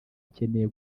akeneye